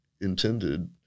intended